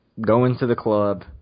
going-to-the-club